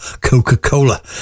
Coca-Cola